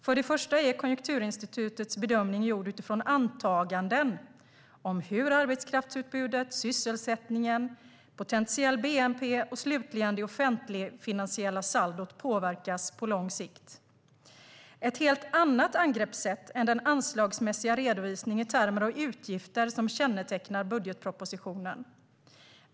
För det första är Konjunkturinstitutets bedömning gjord utifrån antaganden om hur arbetskraftsutbudet, sysselsättningen, potentiell bnp och slutligen det offentligfinansiella saldot påverkas på lång sikt, det vill säga ett helt annat angreppssätt är den anslagsmässiga redovisning i termer av utgifter som kännetecknar budgetpropositionen.